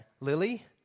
Lily